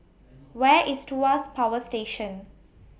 Where IS Tuas Power Station